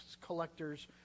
collector's